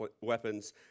weapons